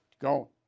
Go